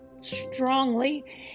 strongly